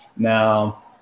now